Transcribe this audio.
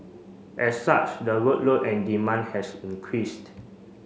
as such the workload and demand has increased